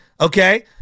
okay